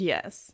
Yes